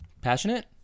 Passionate